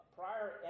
prior